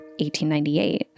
1898